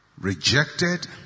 Rejected